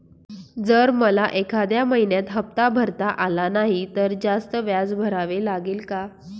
जर मला एखाद्या महिन्यात हफ्ता भरता आला नाही तर जास्त व्याज भरावे लागेल का?